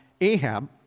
Ahab